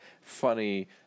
funny